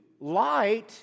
light